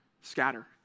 scatter